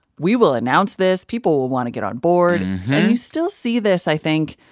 we will announce this. people will want to get on board. and you still see this, i think,